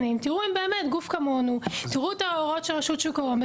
כשתראו את ההוראות של רשות שוק ההון,